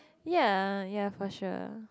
ya ya for sure